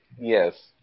yes